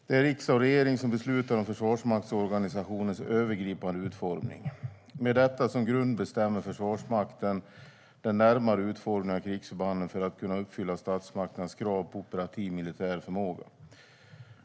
Det är riksdagen och regeringen som beslutar om försvarsmaktsorganisationens övergripande utformning. Med detta som grund bestämmer Försvarsmakten den närmare utformningen av krigsförbanden för att kunna uppfylla statsmakternas krav på operativ militär förmåga.